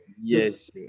Yes